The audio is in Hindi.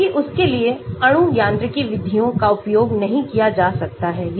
जबकि उसके लिए अणु यांत्रिकी विधियों का उपयोग नहीं किया जा सकता है